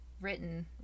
written